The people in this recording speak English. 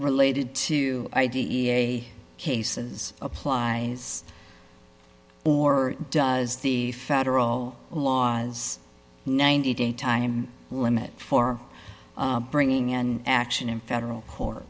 related to i d e a cases applies or does the federal laws ninety day time limit for bringing an action in federal court